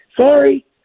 sorry